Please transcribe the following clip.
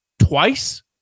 twice